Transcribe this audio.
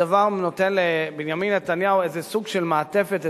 הדבר נותן לבנימין נתניהו איזה סוג של מעטפת,